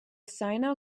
sino